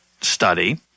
study